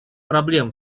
проблем